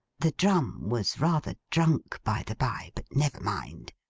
the drum was rather drunk, by-the-bye but, never mind.